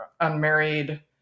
unmarried